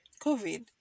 COVID